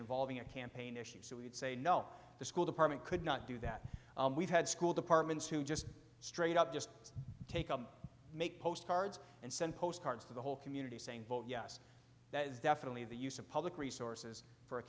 involving a campaign issue so we could say no the school department could not do that we've had school departments who just straight up just take make postcards and send postcards to the whole community saying vote yes that is definitely the use of public resources for a